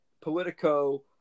Politico